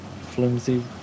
Flimsy